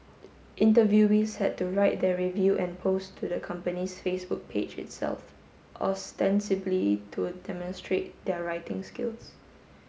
interviewees had to write their review and post to the company's Facebook page itself ostensibly to demonstrate their writing skills